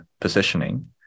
positioning